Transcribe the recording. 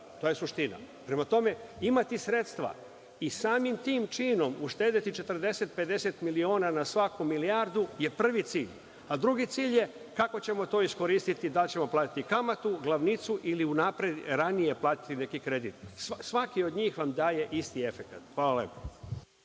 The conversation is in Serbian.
To je suština. Prema tome, imati sredstva i samim tim činom uštedeti 40, 50 miliona na svaku milijardu je prvi cilj. Drugi cilj je kako ćemo to iskoristiti, da li ćemo platiti kamatu, glavnicu ili unapred ranije platiti neki kredit. Svaki od njih vam daje isti efekat. Hvala.